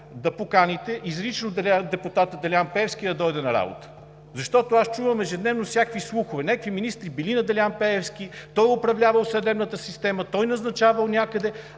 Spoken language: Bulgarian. да поканите изрично депутата Делян Пеевски да дойде на работа, защото аз чувам ежедневно всякакви слухове – някакви министри били на Делян Пеевски, той управлявал съдебната система, той назначавал някъде.